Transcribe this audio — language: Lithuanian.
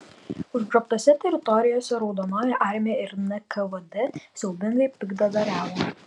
užgrobtose teritorijose raudonoji armija ir nkvd siaubingai piktadariavo